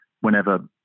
whenever